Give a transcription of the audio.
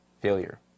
failure